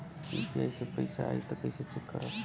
UPI से पैसा आई त कइसे चेक खरब?